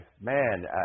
Man